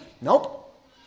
Nope